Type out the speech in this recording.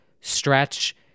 stretch